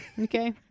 Okay